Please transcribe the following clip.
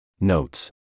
Notes